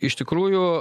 iš tikrųjų